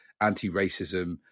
anti-racism